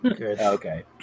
Okay